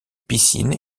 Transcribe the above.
piscine